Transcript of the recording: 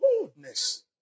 Goodness